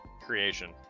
Creation